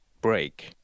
break